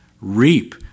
reap